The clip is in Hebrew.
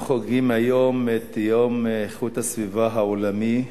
אנו חוגגים היום את יום איכות הסביבה העולמי,